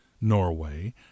Norway